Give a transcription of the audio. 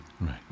right